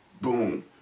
Boom